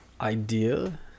idea